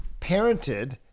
parented